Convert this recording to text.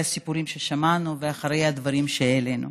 הסיפורים ששמענו ואחרי הדברים שהעלינו.